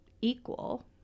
equal